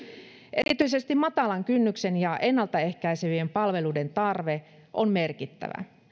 erityisesti matalan kynnyksen ja ennalta ehkäisevien palveluiden tarve on merkittävä